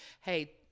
hey